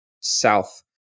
south